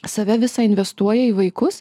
save visą investuoja į vaikus